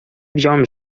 wziąłem